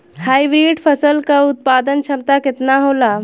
Hybrid फसल क उत्पादन क्षमता केतना होला?